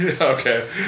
Okay